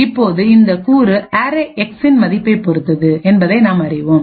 இப்போது இந்த கூறு அரேஎக்ஸ்arrayx இன் மதிப்பைப் பொறுத்தது என்பதை நாம் அறிவோம்